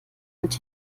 mit